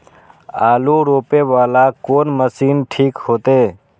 आलू रोपे वाला कोन मशीन ठीक होते?